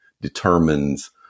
determines